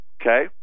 okay